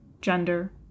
gender